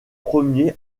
premier